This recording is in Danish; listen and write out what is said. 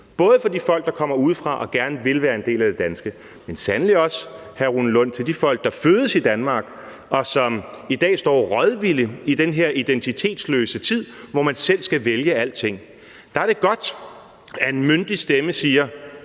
både for de folk, der kommer udefra og gerne vil være en del af det danske, men sandelig også, hr. Rune Lund, for de folk, der fødes i Danmark, og som i dag står rådvilde i den her identitetsløse tid, hvor man selv skal vælge alting. Der er det godt, at en myndig stemme siger: